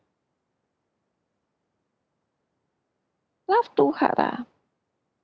laughed too hard ah